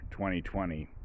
2020